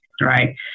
Right